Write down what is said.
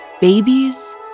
Babies